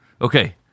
Okay